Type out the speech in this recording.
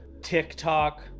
TikTok